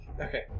Okay